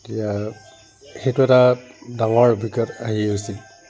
তেতিয়া সেইটো এটা ডাঙৰ অভিজ্ঞতা হেৰি হৈছিল